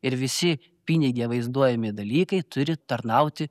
ir visi pinige vaizduojami dalykai turi tarnauti